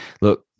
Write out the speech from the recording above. Look